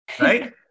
Right